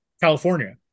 California